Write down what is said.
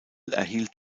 erhielt